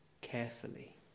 carefully